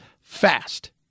fast